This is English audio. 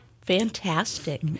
Fantastic